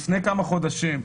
לפני כמה חודשים,